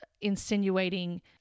insinuating